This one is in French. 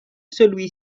celui